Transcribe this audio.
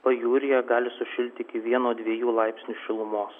pajūryje gali sušilti iki vieno dviejų laipsnių šilumos